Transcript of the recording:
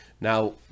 now